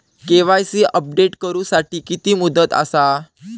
KYC update करू साठी किती मुदत आसा?